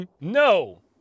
No